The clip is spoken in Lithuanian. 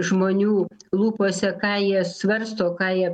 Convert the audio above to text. žmonių lūpose ką jie svarsto ką jie